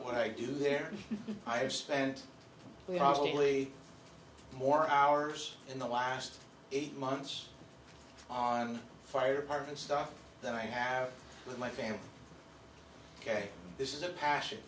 what i do there i've spent probably more hours in the last eight months on fire department stuff than i have with my family ok this is a passion